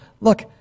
Look